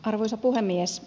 arvoisa puhemies